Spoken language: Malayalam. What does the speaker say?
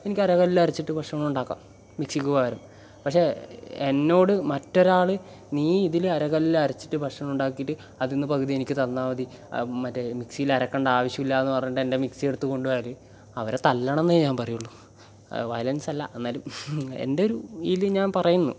എനിക്ക് അരകല്ലിൽ അരച്ച് ഭക്ഷണോണ്ടാക്കാം മിക്സിക്ക് പകരം പക്ഷേ എന്നോട് മറ്റൊരാൾ നീ ഇതിൽ അരകല്ലിൽ അരച്ചിട്ട് ഭക്ഷണം ഉണ്ടാക്കിയിട്ട് അതിൽ നിന്ന് പകുതി എനിക്ക് തന്നാൽ മതി മറ്റേ മിക്സിയിൽ അരക്കേണ്ട ആവശ്യമില്ല എന്ന് പറഞ്ഞിട്ട് എൻ്റെ മിക്സി എടുത്തുകൊണ്ട് പോയാൽ അവരെ തല്ലണം എന്നേ ഞാൻ പറയുള്ളൂ വയലൻസ് അല്ല എന്നാലും എൻ്റെ ഒരു ഇതിൽ ഞാൻ പറയുന്നു